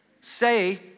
Say